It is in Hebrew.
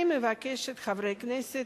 אני מבקשת, חברי הכנסת,